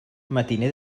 matiner